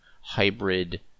hybrid